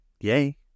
Yay